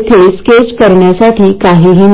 IDवर अवलंबून आहे